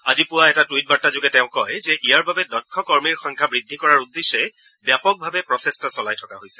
আজি পুৰা এটা টুইট বাৰ্তাযোগে তেওঁ কয় যে ইয়াৰ বাবে দক্ষ কৰ্মীৰ সংখ্যা বৃদ্ধি কৰাৰ উদ্দেশ্যে ব্যাপকভাৱে প্ৰচেষ্টা চলাই থকা হৈছে